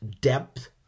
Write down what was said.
depth